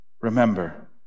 Remember